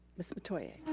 miss metoyer.